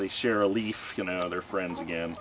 they share a leaf you know they're friends again